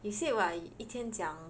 you said what 一天讲